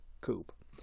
coupe